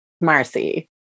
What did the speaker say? Marcy